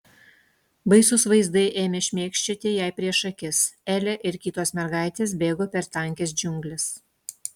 baisūs vaizdai ėmė šmėkščioti jai prieš akis elė ir kitos mergaitės bėgo per tankias džiungles